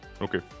Okay